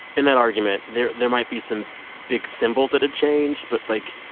in that argument, there there might be some big symbols that have changed. but, like,